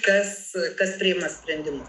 kas su kas priima sprendimus